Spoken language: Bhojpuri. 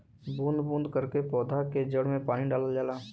बूंद बूंद करके पौधा के जड़ में पानी डालल जाला